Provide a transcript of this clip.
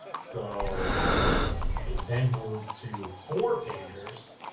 so it then moved to four pagers.